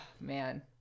man